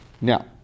Now